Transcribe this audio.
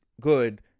good